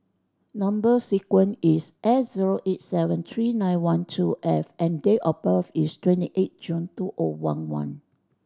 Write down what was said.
number sequence is S zero eight seven three nine one two F and date of birth is twenty eight June two O one one